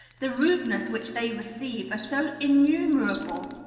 the rudenesses which they receive are so innumerable,